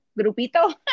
grupito